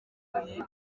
abavuye